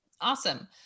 Awesome